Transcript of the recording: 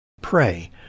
pray